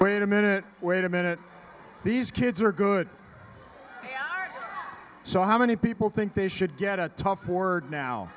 wait a minute wait a minute these kids are good so how many people think they should get a tough word now